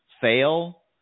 fail